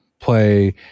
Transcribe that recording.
play